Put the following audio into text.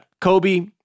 Kobe